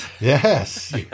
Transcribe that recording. Yes